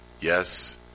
Yes